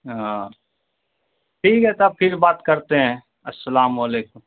ہاں ٹھیک ہے تب پھر بات کرتے ہیں السلام علیکم